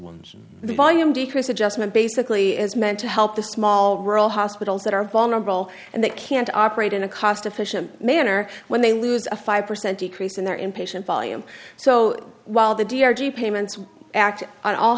volume decrease adjustment basically is meant to help the small rural hospitals that are vulnerable and they can't operate in a cost efficient manner when they lose a five percent decrease in their inpatient volume so while the d r g payments act on all